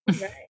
Right